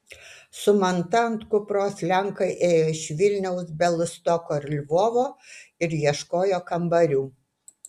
su manta ant kupros lenkai ėjo iš vilniaus bialystoko ir lvovo ir ieškojo kambarių